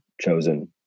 chosen